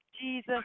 Jesus